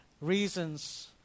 reasons